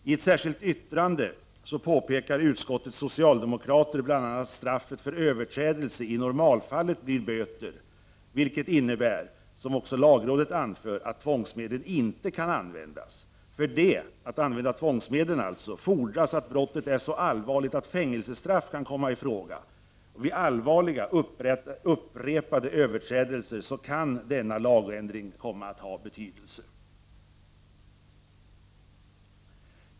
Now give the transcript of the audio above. I ett särskilt yttrande påpekar utskottets socialdemokrater bl.a. att straffet för överträdelse i normalfallet blir böter, vilket innebär — som också lagrådet anför — att tvångsmedlen inte kan användas. För det fordras att brottet är så allvarligt att fängelsestraff kan komma i fråga. Vid allvarliga, upprepade överträdelser kan denna lagändring komma att ha betydelse.